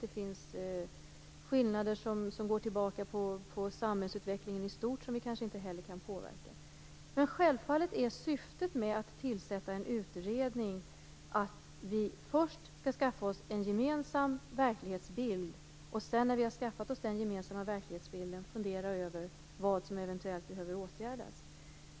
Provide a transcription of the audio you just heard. Det finns skillnader som går tillbaka på samhällsutvecklingen i stort och som vi kanske inte heller kan påverka. Självfallet är syftet med att tillsätta en utredning att vi först skall skaffa oss en gemensam verklighetsbild. När vi har skaffat oss den gemensamma verklighetsbilden skall vi fundera över vad som eventuellt behöver åtgärdas.